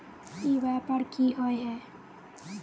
ई व्यापार की होय है?